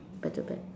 back to back